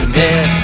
dead